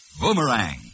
Boomerang